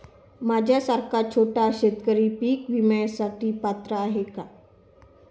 माझ्यासारखा छोटा शेतकरी पीक विम्यासाठी पात्र आहे का?